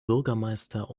bürgermeister